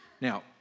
now